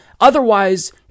otherwise